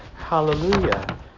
Hallelujah